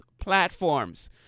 platforms